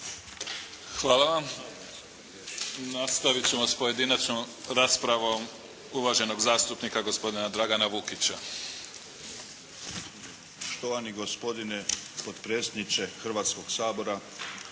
Hvala vam. Nastavit ćemo s pojedinačnom raspravom uvaženog zastupnika gospodina Dragana Vukića. **Vukelić, Branko (HDZ)** Štovani gospodine potpredsjedniče Hrvatskog sabora,